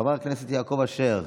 חבר הכנסת יעקב אשר,